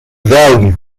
value